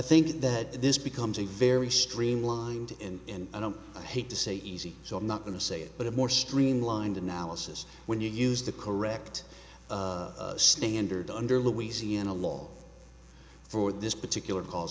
think that this becomes a very streamlined and i don't i hate to say easy so i'm not going to say it but a more streamlined analysis when you use the correct standard under louisiana law for this particular cause